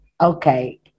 okay